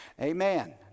Amen